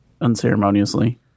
unceremoniously